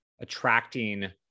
attracting